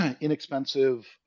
inexpensive